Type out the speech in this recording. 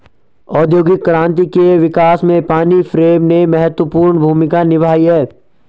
औद्योगिक क्रांति के विकास में पानी फ्रेम ने महत्वपूर्ण भूमिका निभाई है